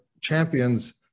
champions